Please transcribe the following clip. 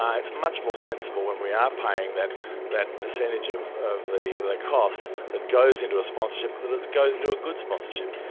it's much more sensible when we are paying that that percentage of of the like cost that goes into a sponsorship that it goes into a good sponsorship.